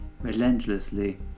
relentlessly